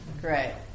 great